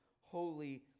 holy